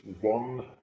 one